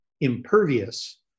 impervious